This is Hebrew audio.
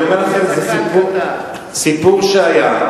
אני אומר לכם, סיפור שהיה.